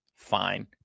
Fine